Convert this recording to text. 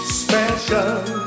special